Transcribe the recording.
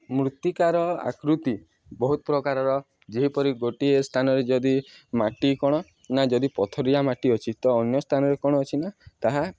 ମୃତ୍ତିକାର ଆକୃତି ବହୁତ ପ୍ରକାରର ଯେପରି ଗୋଟିଏ ସ୍ଥାନରେ ଯଦି ମାଟି କ'ଣ ନା ଯଦି ପଥରିଆ ମାଟି ଅଛି ତ ଅନ୍ୟ ସ୍ଥାନରେ କ'ଣ ଅଛି ନା ତାହା